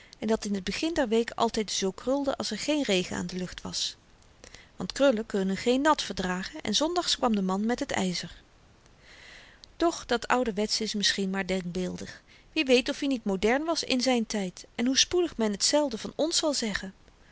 en dat in t begin der week altyd zoo krulde als er geen regen aan de lucht was want krullen kunnen geen nat verdragen en zondags kwam de man met het yzer doch dat ouwerwetsche is misschien maar denkbeeldig wie weet of-i niet modern was in zyn tyd en hoe spoedig men tzelfde van ons zal zeggen